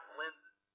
lenses